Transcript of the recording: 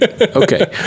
okay